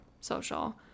social